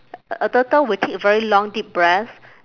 a turtle will take very long deep breaths